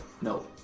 no